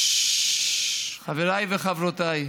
חבריי וחברותיי,